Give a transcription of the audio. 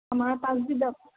ہمارے پاس بھی ڈبل